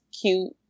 cute